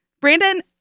Brandon